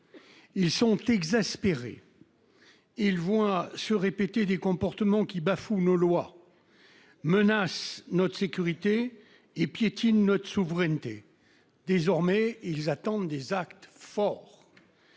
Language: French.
Ils sont exaspérés, car ils voient se répéter des comportements qui bafouent nos lois, menacent notre sécurité et piétinent notre souveraineté. Désormais, ils attendent des actes forts.